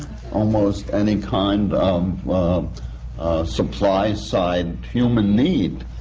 almost any kind of supply side human need